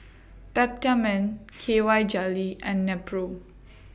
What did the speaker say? Peptamen K Y Jelly and Nepro